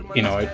you know,